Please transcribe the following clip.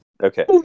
Okay